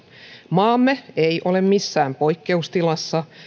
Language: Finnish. maamme ei ole missään poikkeustilassa